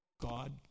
God